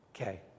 Okay